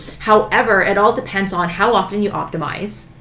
however, it all depends on how often you optimize,